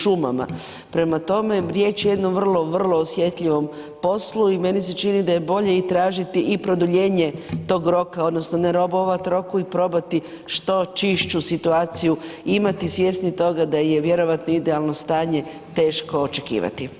Prema tome, riječ je o jednom vrlo, vrlo osjetljivom poslu i meni se čini da je bolje i tražiti i produljenje tog roka, odnosno ne robovati roku i probati što čišću situaciju imati svjesni toga da je vjerojatno idealno stanje teško očekivati.